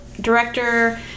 director